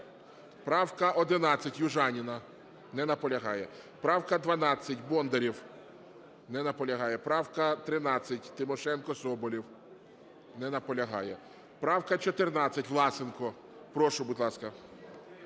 Правка 11, Южаніна. Не наполягає. Правка 12, Бондарєв. Не наполягає. Правка 13, Тимошенко, Соболєв. Не наполягає. Правка 14, Власенко. Прошу, будь ласка.